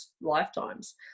lifetimes